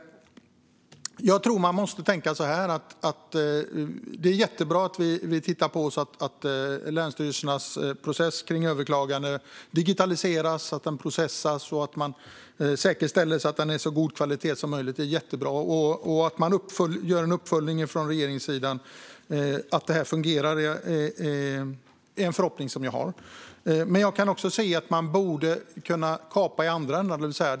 Det är jättebra att länsstyrelsernas process när det gäller överklagande digitaliseras och att man säkerställer att den har så god kvalitet som möjligt. Att man gör en uppföljning från regeringens sida av att detta fungerar är en förhoppning som jag har. Men jag kan också se att man borde kunna kapa i andra ändan.